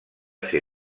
ser